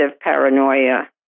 paranoia